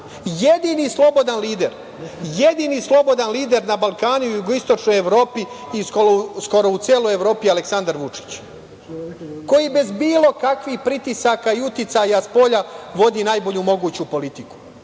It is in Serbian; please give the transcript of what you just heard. Drugi uče od nas. Jedini slobodan lider na Balkanu i Jugoistočnoj Evropi i skoro u celoj Evropi je Aleksandar Vučić, koji bez bilo kakvih pritisaka i uticaja spolja vodi najbolju moguću politiku. Mi